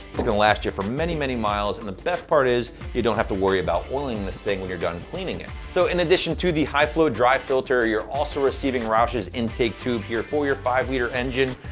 it's gonna last you for many, many miles, and the best part is you don't have to worry about oiling this thing when you're done cleaning it. so, in addition to the high-flow dry filter, you're also receiving roush's intake tube here for your five-liter engine,